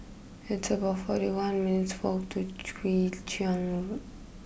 it's about forty one minutes' walk to Chian Road